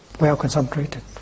well-concentrated